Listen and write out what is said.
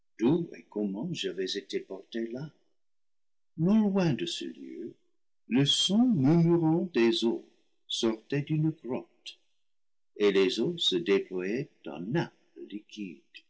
comment j'avais été portée là non loin de ce lieu le son murmurant des eaux sortait d'une grotte et les eaux se dé ployaient en nappe liquide